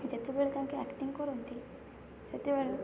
ଯେତେବେଳେ ତାଙ୍କେ ଆକ୍ଟିଂ କରନ୍ତି ସେତେବେଳେ